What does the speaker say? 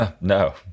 No